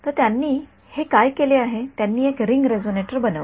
तर त्यांनी हे काय केले ते त्यांनी एक रिंग रेझोनेटर बनवले